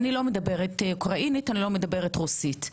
איני מדברת אוקראינית או רוסית,